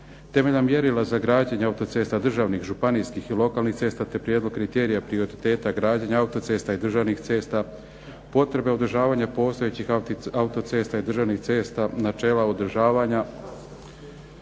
Temeljem mjerila za građenje autocesta, državnih, županijskih i lokalnih cesta te prijedlog kriterija prioriteta građenja autocesta i državnih cesta, potrebe održavanja postojećih autocesta i državnih cesta, načela održavanja